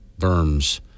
berms